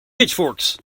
pitchforks